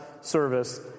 service